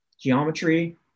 geometry